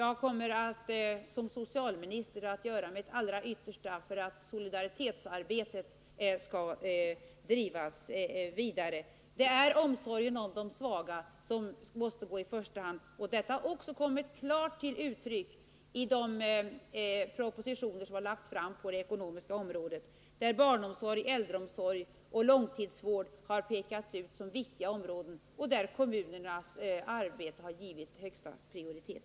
Jag kommer såsom socialminister att göra mitt allra yttersta för att solidaritetsarbetet skall drivas vidare. Omsorgen om de svaga måste gå i första hand. Det har även kommit klart till uttryck i de propositioner som har lagts fram på det ekonomiska området, där barnomsorgen, äldreomsorgen och långtidsvården har pekats ut såsom viktiga områden och där kommunernas arbete på dessa områden har givits högsta prioritet.